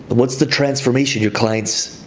but what's the transformation your clients